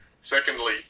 Secondly